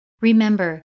Remember